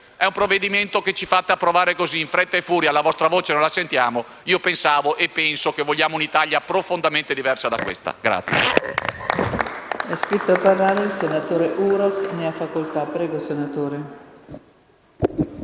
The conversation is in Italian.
È un provvedimento che ci fate approvare in fretta e furia. La vostra voce non la sentiamo. Pensavo e penso che vogliamo un'Italia profondamente diversa da questa.